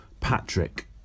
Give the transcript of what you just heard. Patrick